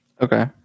Okay